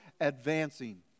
advancing